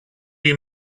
you